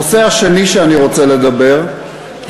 הנושא השני שאני רוצה לדבר עליו,